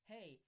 Hey